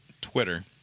Twitter